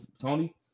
Tony